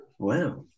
Wow